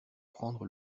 prendre